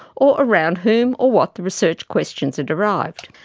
or around whom or what the research questions are derived.